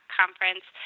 conference